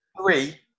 Three